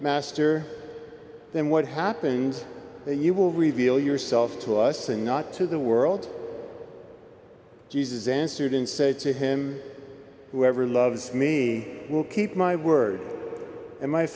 master then what happens that you will reveal yourself to us and not to the world jesus answered and said to him whoever loves me will keep my word and my